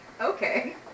okay